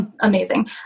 amazing